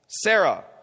Sarah